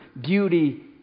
beauty